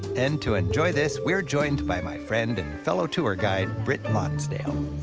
and to enjoy this, we're joined by my friend and fellow tour guide, brit lonsdale.